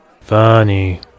Funny